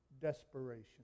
desperation